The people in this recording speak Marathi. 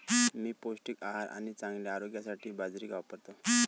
मी पौष्टिक आहार आणि चांगल्या आरोग्यासाठी बाजरी वापरतो